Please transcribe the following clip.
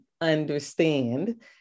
understand